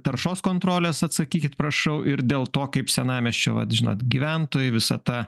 taršos kontrolės atsakykit prašau ir dėl to kaip senamiesčio vat žinot gyventojai visa ta